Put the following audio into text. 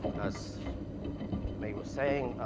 as may was saying,